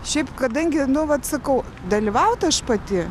šiaip kadangi nu vat sakau dalyvaut aš pati